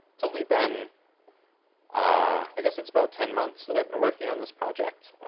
it's only been i guess it's about ten months that i've been working on this project.